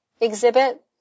exhibit